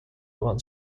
one